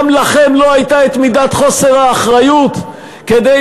גם לכם לא הייתה מידת חוסר האחריות כדי